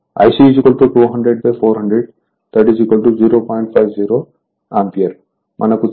50 ఆంపియర్మనకు తెలుసు I0 IC j Im ఇది 0